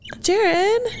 Jared